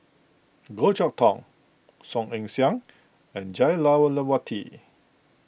Goh Chok Tong Song Ong Siang and Jah Lelawati